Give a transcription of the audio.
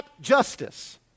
justice